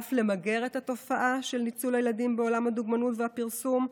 ואף למגר את התופעה של ניצול הילדים בעולם הדוגמנות והפרסום.